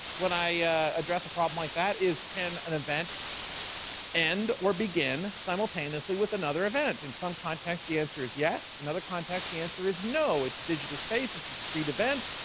when i address a problem like that, is can an event end or begin simultaneously with another event? in some context, the answer is yes, in other context, the answer is no. its digital spaces, its screened events,